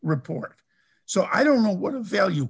report so i don't know what a value